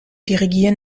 dirigieren